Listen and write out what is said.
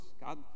God